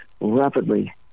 rapidly